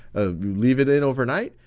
leave it in overnight,